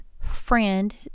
friend